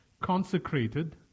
consecrated